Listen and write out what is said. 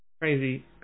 crazy